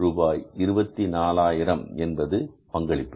ரூபாய் 24 ஆயிரம் என்பது பங்களிப்பு